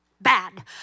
bad